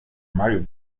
mario